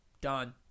done